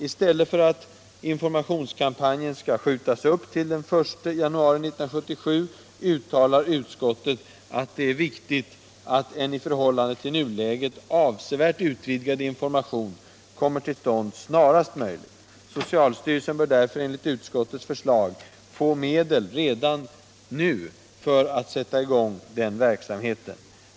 I stället för att informationskampanjen skall skjutas upp till den 1 januari 1977 uttalar utskottet att det är viktigt att en i förhållande till nuläget avsevärt utvidgad information kommer till stånd snarast möjligt. Socialstyrelsen bör därför enligt utskottets förslag få medel redan nu för att sätta i gång den verksamheten.